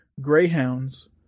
greyhounds